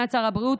לטענת שר הבריאות,